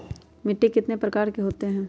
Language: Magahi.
मिट्टी कितने प्रकार के होते हैं?